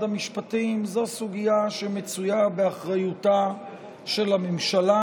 המשפטים הוא סוגיה שמצויה באחריותה של הממשלה,